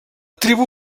tribu